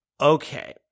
Okay